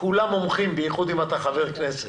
כולם מומחים, בייחוד, אם אתה חבר כנסת.